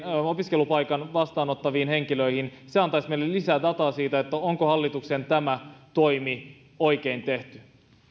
opiskelupaikan vastaanottaviin henkilöihin se antaisi meille lisää dataa siitä onko tämä hallituksen toimi oikein tehty